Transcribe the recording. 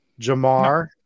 Jamar